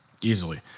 easily